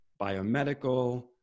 biomedical